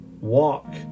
walk